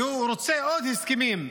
והוא רוצה עוד הסכמים.